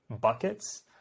buckets